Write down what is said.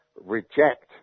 reject